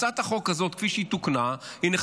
הצעת החוק הזאת כפי שהיא תוקנה הינה,